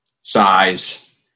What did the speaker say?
size